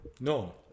No